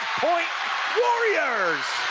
point warriors!